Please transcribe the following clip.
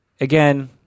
again